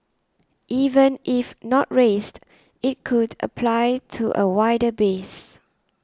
even if not raised it could apply to a wider base